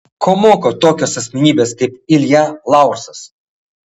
ko moko tokios asmenybės kaip ilja laursas